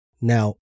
Now